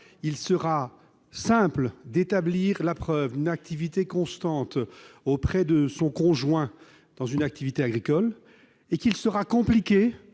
il sera simple d'établir la preuve d'une activité constante auprès du conjoint dans une activité agricole et compliqué